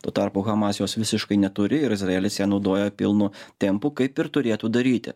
tuo tarpu hamas jos visiškai neturi ir izraelis ją naudoja pilnu tempu kaip ir turėtų daryti